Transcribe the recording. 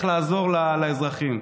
איך לעזור לאזרחים.